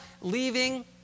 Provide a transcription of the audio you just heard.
leaving